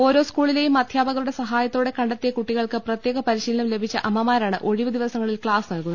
ഓരോ സ്കൂളിലേയും അദ്ധ്യാപകരുടെ സഹായത്തോടെ കണ്ടെത്തിയ കുട്ടികൾക്ക് പ്രത്യേക പരിശീലനം ലഭിച്ച അമ്മമാരാണ് ഒഴിവ് ദിവസങ്ങളിൽ ക്സാസ്സ് നൽകുന്നത്